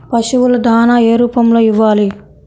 పశువుల దాణా ఏ రూపంలో ఇవ్వాలి?